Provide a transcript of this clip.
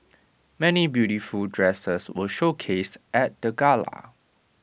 many beautiful dresses were showcased at the gala